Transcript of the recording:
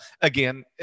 Again